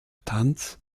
tanz